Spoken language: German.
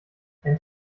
einen